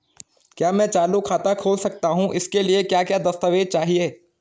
क्या मैं चालू खाता खोल सकता हूँ इसके लिए क्या क्या दस्तावेज़ चाहिए?